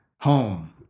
home